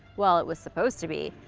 well, it was supposed to be.